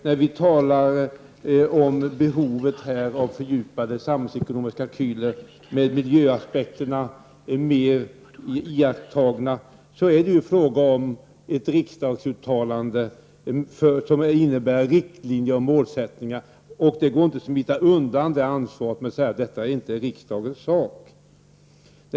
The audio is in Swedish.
När vi talar om behovet av fördjupade samhällsekonomiska kalkyler med miljöaspekterna mer iakttagna är det fråga om ett riksdagsuttalande om riktlinjer och målsättningar. Det går inte att smita undan det ansvaret genom att säga att detta inte är riksdagens sak.